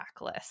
Backlist